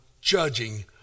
judging